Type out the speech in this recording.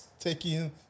Taking